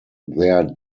their